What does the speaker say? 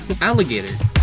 Alligator